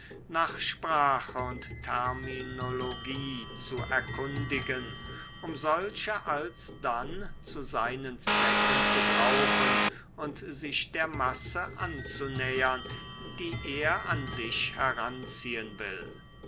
nach sprache und terminologie zu erkundigen um solche alsdann zu seinen zwecken zu brauchen und sich der masse anzunähern die er an sich heranziehen will